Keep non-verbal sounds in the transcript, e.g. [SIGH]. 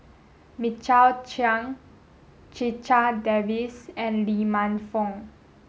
[UNINTELLIGIBLE] Chiang Checha Davies and Lee Man Fong